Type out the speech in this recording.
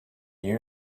you